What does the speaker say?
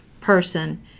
person